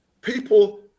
people